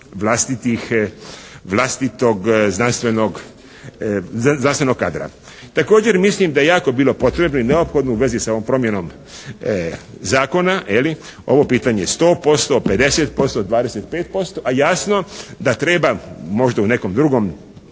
vlastitog znanstvenog kadra. Također mislim da je jako bilo potrebno i neophodno u vezi sa ovom promjenom zakona ovo pitanje sto posto, 50%, 25% a jasno da treba možda u nekom drugom